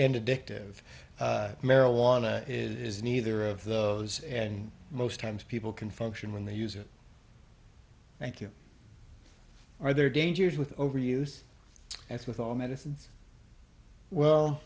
and addictive marijuana is neither of those and most times people can function when they use it thank you are there dangers with overuse as with all medicines well